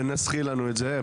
תנסחי לנו את זה.